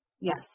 yes